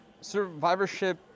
Survivorship